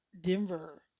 Denver